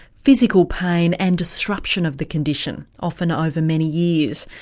physical pain and disruption of the condition often over many years.